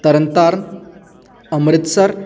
Tarn Taran Amritsar